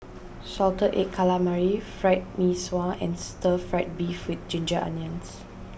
Salted Egg Calamari Fried Mee Sua and Stir Fried Beef with Ginger Onions